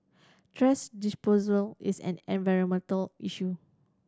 thrash disposal is an environmental issue